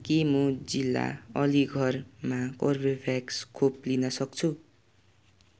के म जिल्ला अलीगढमा कर्बेभ्याक्स खोप लिन सक्छु